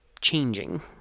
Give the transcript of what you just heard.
changing